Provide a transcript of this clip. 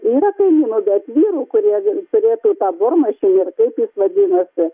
yra kaimynų bet vyrų kurie turėtų tą buormaišį ar kaip jis vadinasi